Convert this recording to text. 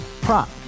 Prop